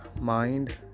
mind